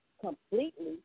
completely